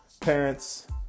parents